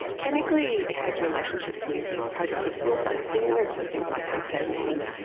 chemically it has relationships with prototypical psychostimulants, so things like amphetamines.